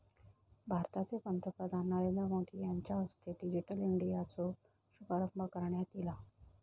भारताचे पंतप्रधान नरेंद्र मोदी यांच्या हस्ते डिजिटल इंडियाचो शुभारंभ करण्यात ईला